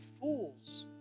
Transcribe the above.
fools